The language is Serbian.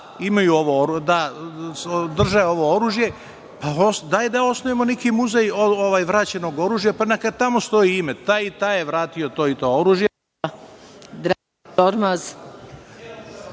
u poziciji da drže ovo oružje? Pa, dajte da osnujemo neki muzej vraćenog oružja, pa neka tamo stoji ime - taj i taj je vratio to i to oružje.